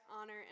honor